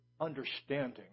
understanding